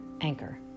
Anchor